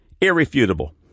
irrefutable